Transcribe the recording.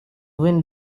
wind